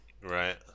Right